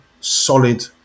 solid